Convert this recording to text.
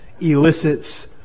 elicits